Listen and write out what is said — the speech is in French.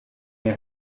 les